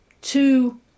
two